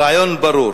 הרעיון ברור.